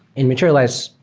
in materialize,